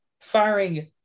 firing